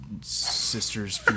sister's